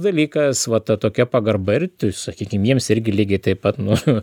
dalykas va ta tokia pagarba ir sakykim jiems irgi lygiai taip pat nu